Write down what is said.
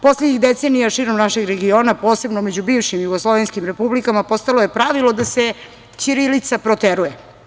Poslednjih decenija širom našeg regiona, posebno među bivšim jugoslovenskim republikama postalo je pravilo da se ćirilica proteruje.